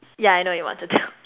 yeah I know you wanted to